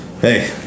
Hey